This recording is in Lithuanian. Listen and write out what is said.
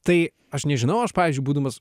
tai aš nežinau aš pavyzdžiui būdamas